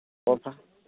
ꯑꯣꯐꯥ